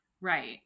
Right